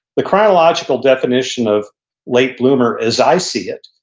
the chronological definition of late bloomer, as i see it,